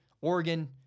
Oregon